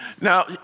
Now